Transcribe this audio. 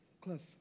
Cliff